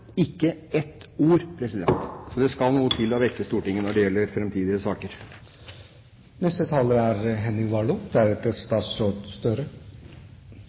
ikke ett ord. Så det skal noe til å vekke Stortinget når det gjelder framtidige saker. Mye er